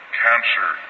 cancer